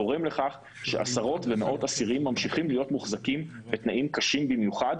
גורם לכך שעשרות ומאות אסירים ממשיכים להיות מוחזקים בתנאים קשים במיוחד